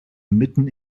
mitten